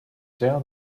tell